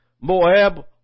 Moab